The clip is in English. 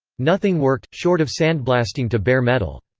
nothing worked, short of sandblasting to bare metal.